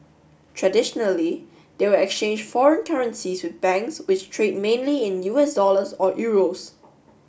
traditionally they would exchange foreign currencies with banks which trade mainly in U S dollars or euros